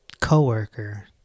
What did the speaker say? coworker